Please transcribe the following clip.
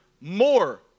more